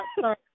sorry